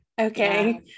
okay